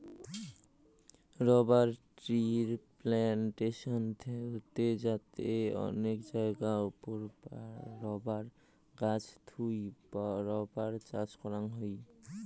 rubber ট্রির plantation হসে যাতে অনেক জায়গার ওপরে রাবার গাছ থুই রাবার চাষ করাং হই